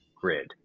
grid